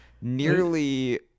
nearly